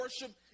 worship